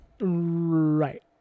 Right